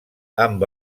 amb